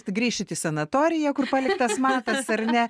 grįšit į sanatoriją kur paliktas matas ar ne